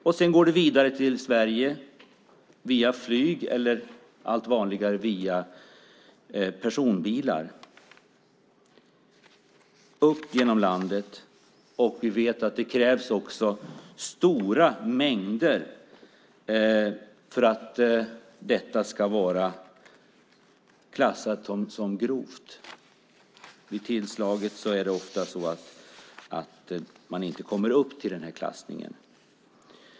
Sedan går transporten vidare till Sverige via flyg eller, vilket blir allt vanligare, i personbilar och sedan upp genom landet. Vi vet att det krävs stora mängder för att det hela ska klassas som grovt brott. Vid tillslag kommer man ofta inte upp till den klassningen.